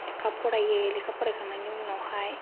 लेखा फरायो लेखा फरायखांनायनि उनावहाय